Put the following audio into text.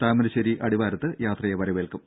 താമരശ്ശേരി അടിവാരത്ത് യാത്രയെ വരവേൽക്കും